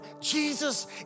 Jesus